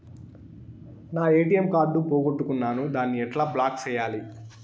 నా ATM card పోగొట్టుకున్నాను, దాన్ని ఎట్లా బ్లాక్ సేయాలి?